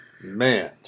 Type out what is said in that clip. man